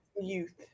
youth